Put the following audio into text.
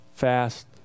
fast